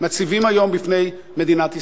מציבים היום בפני מדינת ישראל.